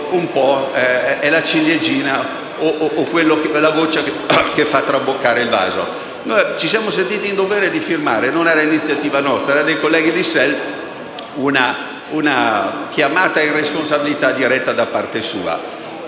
del Governo? Questa è la goccia che fa traboccare il vaso. Ci siamo sentiti in dovere di firmare - non è un'iniziativa nostra, ma dei colleghi di SEL - una chiamata di responsabilità diretta da parte sua.